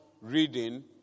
reading